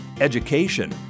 education